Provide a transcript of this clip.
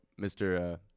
Mr